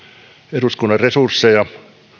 eduskunnan